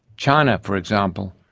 china, for example,